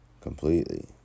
Completely